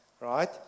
right